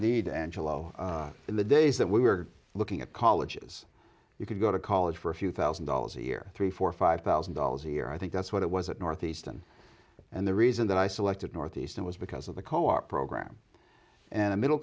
need angelo in the days that we were looking at colleges you could go to college for a few thousand dollars a year three four five thousand dollars a year i think that's what it was at northeastern and the reason that i selected northeastern was because of the co op program and a middle